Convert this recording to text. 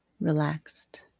relaxed